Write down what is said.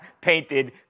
painted